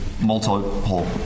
Multiple